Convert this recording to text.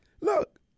look